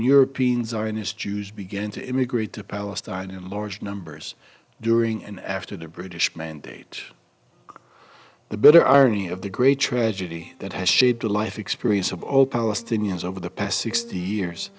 europeans are in his jews began to immigrate to palestine in large numbers during and after the british mandate the bitter irony of the great tragedy that has shaped the life experience of all palestinians over the past sixty years